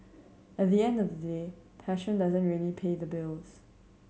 at the end of the day passion doesn't really pay the bills